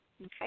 Okay